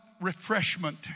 refreshment